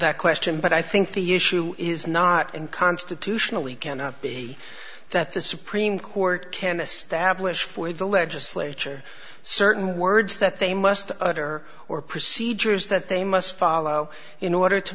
that question but i think the issue is not in constitutionally cannot be that the supreme court can establish for the legislature certain words that they must order or procedures that they must follow in order to